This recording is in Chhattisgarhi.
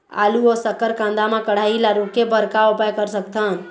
आलू अऊ शक्कर कांदा मा कढ़ाई ला रोके बर का उपाय कर सकथन?